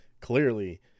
clearly